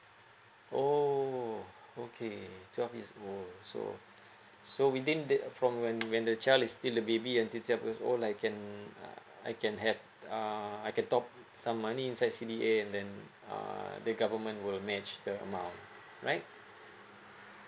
oh okay twelve years old so so within that from when when the child is still the baby until twelve years old I can uh I can have uh I can top some money inside C_D_A and then uh the government will match the amount right